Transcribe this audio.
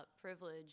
privilege